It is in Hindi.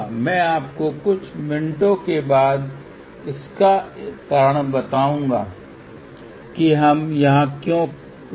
मैं आपको कुछ मिनटों के बाद इसका कारण बताऊंगा कि हम यहां क्यों रुकते हैं